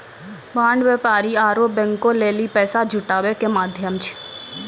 bond व्यापारी आरु बैंको लेली पैसा जुटाबै के माध्यम छै